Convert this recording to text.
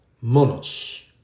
monos